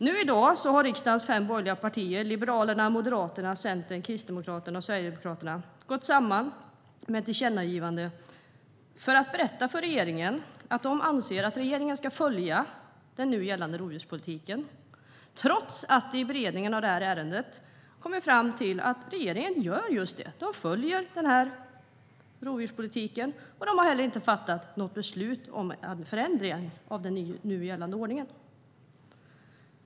Nu har riksdagens fem borgerliga partier - Liberalerna, Moderaterna, Centern, Kristdemokraterna och Sverigedemokraterna - gått samman om ett tillkännagivande för att berätta för regeringen att de anser att regeringen ska följa den nu gällande rovdjurspolitiken, trots att vi i beredningen av ärendet har kommit fram till att regeringen gör just det. Man följer rovdjurspolitiken, och man har heller inte fattat något beslut om en förändring av den nu gällande ordningen.